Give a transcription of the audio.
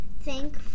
thank